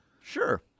sure